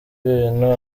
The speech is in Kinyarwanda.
ibintu